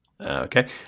okay